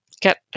get